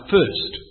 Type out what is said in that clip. First